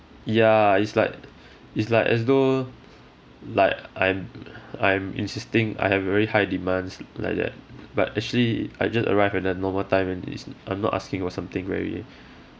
ya it's like it's like as though like I'm I'm insisting I have very high demands like that but actually I just arrive at the normal time is I'm not asking or something very